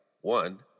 one